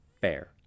Fair